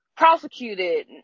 Prosecuted